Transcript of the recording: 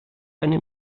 eine